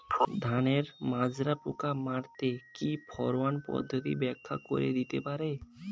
ধানের মাজরা পোকা মারতে কি ফেরোয়ান পদ্ধতি ব্যাখ্যা করে দিতে পারে?